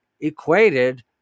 equated